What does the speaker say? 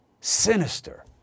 sinister